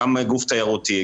גם גוף תיירותי,